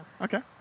Okay